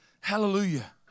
Hallelujah